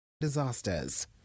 Disasters